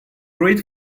great